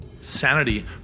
Sanity